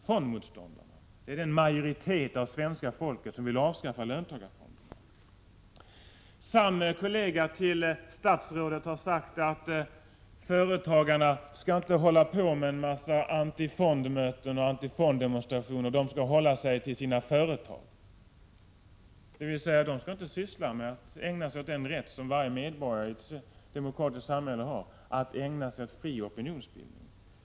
Fondmotstån =. löntagarfonderna darna är den majoritet av svenska folket som vill avskaffa löntagarfonderna. Samma kollega till statsrådet har sagt att företagarna inte skall hålla på med en massa antifondmöten och antifonddemonstrationer utan hålla sig till sina företag. De skall alltså inte ägna sig åt att utöva den rätt som varje medborgare i ett demokratiskt samhälle har, nämligen fri opinionsbildning.